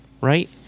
right